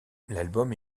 l’album